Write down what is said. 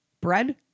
bread